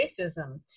racism